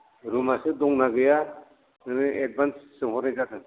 रुमासो दंना गैयानो नोंङो एडभान्स सोंहरनाय जादों